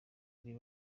ari